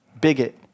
bigot